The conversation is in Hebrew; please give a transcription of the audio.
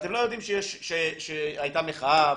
ואתם לא יודעים שהיתה מחאה,